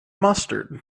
mustard